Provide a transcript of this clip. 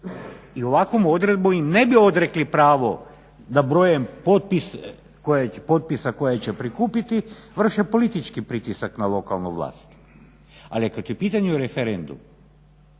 I ovakvom odredbom im ne bi odrekli pravo da brojem potpisa koje će prikupiti vrše politički pritisak na lokalnu vlast. Ali kad je u pitanju referendum